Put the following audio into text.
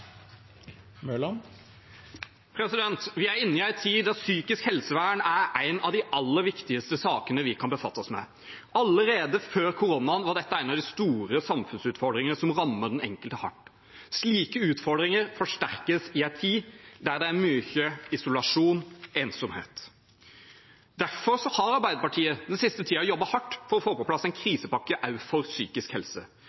inne i en tid da psykisk helsevern er en av de aller viktigste sakene vi kan befatte oss med. Allerede før koronaen var dette en av de store samfunnsutfordringene som rammet den enkelte hardt. Slike utfordringer forsterkes i en tid da det er mye isolasjon og ensomhet. Derfor har Arbeiderpartiet den siste tiden jobbet hardt for å få på plass en